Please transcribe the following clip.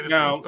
Now